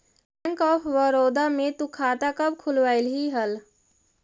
bank of Baroda में तु खाता कब खुलवैल्ही हल